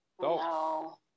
No